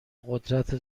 قدرت